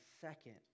second